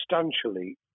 substantially